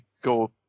go